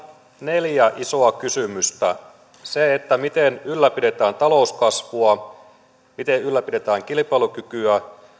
neljä isoa kysymystä miten ylläpidetään talouskasvua miten ylläpidetään kilpailukykyä